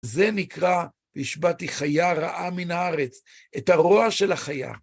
זה נקרא, והשבתי חיה רעה מן הארץ, את הרוע של החיה.